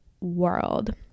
world